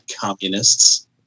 communists